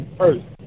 first